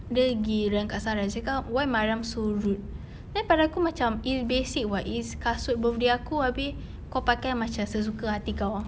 dia pergi bilang kat sarah dia cakap why mariam so rude then pada aku macam it's basic [what] it's kasut birthday aku habis kau pakai macam sesuka hati kau ah